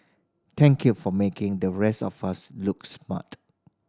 thank you for making the rest of look smart